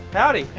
howdy. hey,